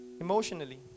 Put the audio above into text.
emotionally